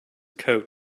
coat